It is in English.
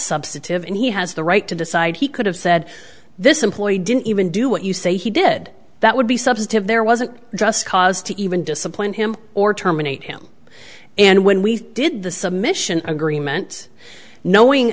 substantive and he has the right to decide he could have said this employee didn't even do what you say he did that would be substantive there wasn't just cause to even discipline him or terminate him and when we did the submission agreement knowing